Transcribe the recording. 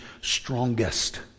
strongest